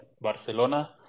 barcelona